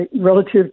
relative